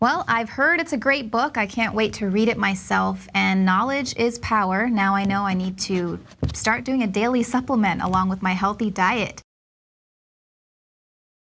well i've heard it's a great book i can't wait to read it myself and knowledge is power now i know i need to start doing a daily supplement along with my healthy diet